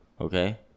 Okay